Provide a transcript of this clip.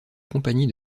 compagnie